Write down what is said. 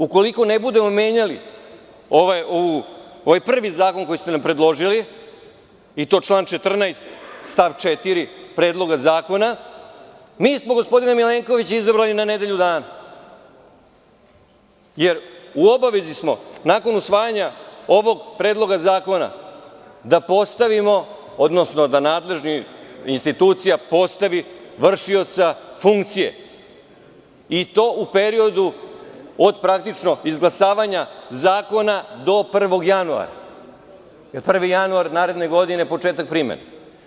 Ukoliko ne budemo menjali ovaj prvi zakon koji ste nam predložili, i to član 14. stav 4. Predloga zakona, mi smo gospodina Milenkovića izabrali na nedelju dana, jer u obavezi smo nakon usvajanja ovog predloga zakona da postavimo, odnosno da nadležna institucija postavi vršioca funkcije i to u periodu, od praktično izglasavanja zakona do 1. januara, jer je 1. januar naredne godine, početak primene.